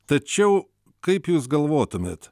tačiau kaip jūs galvotumėt